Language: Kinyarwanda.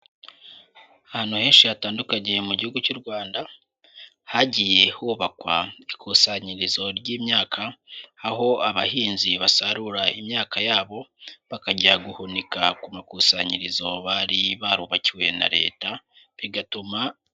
Ahantu henshi hatandukanye mu gihugu cy'u Rwanda, hagiye hubakwa ikusanyirizo ry'imyaka, aho abahinzi basarura imyaka yabo, bakajya guhunika ku makusanyirizo bari barubakiwe na leta bigatuma...